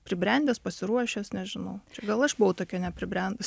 pribrendęs pasiruošęs nežinau gal aš buvau tokia nepribrendus